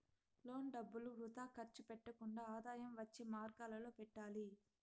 loan డబ్బులు వృథా ఖర్చు పెట్టకుండా ఆదాయం వచ్చే మార్గాలలో పెట్టాలి